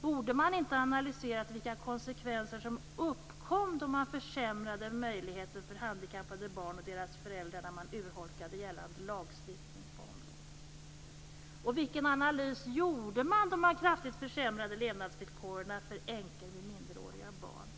Borde man inte ha analyserat vilka konsekvenser som uppkom då man försämrade möjligheterna för handikappade barn och deras föräldrar när man urholkade gällande lagstiftning på området? Vilken analys gjorde man då man kraftigt försämrade levnadsvillkoren för änkor med minderåriga barn?